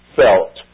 felt